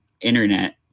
internet